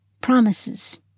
promises